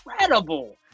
incredible